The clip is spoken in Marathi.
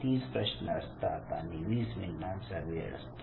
30 प्रश्न असतात आणि 20 मिनिटांचा वेळ असते